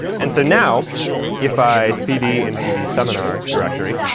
and so now if i cd into the seminar directory,